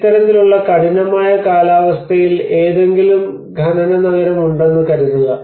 ഇത്തരത്തിലുള്ള കഠിനമായ കാലാവസ്ഥയിൽ ഏതെങ്കിലും ഖനനനഗരം ഉണ്ടെന്ന് കരുതുക